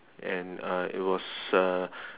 and uh it was uh